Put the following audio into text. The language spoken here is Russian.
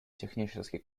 технически